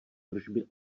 tržby